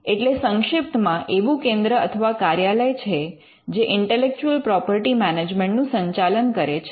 એટલે સંક્ષિપ્તમા એવું કેન્દ્ર અથવા કાર્યાલય છે જે ઇન્ટેલેક્ચુઅલ પ્રોપર્ટી મૅનિજ્મન્ટનું સંચાલન કરે છે